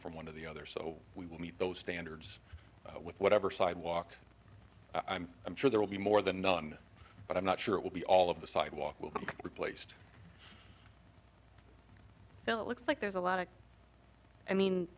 from one of the other so we will meet those standards with whatever sidewalk i'm i'm sure there will be more than done but i'm not sure it will be all of the sidewalk will be replaced bill looks like there's a lot of i mean